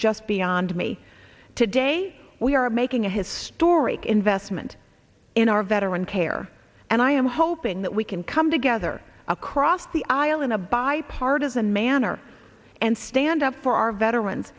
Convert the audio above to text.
just beyond me today we are making a historic investment in our veteran care and i am hoping that we can come together across the aisle in a bipartisan manner and stand up for our veterans